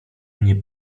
mnie